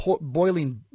boiling